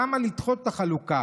למה לדחות את החלוקה?